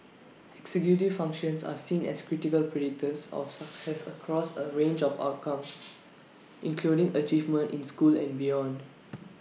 executive functions are seen as critical predictors of success across A range of outcomes including achievement in school and beyond